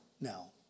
now